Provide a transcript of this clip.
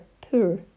poor